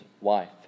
wife